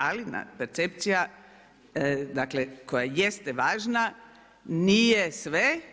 Ali percepcija, dakle koja je sad važna nije sve.